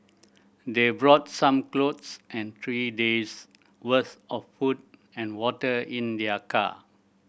they brought some clothes and three days worth of food and water in their car